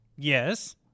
Yes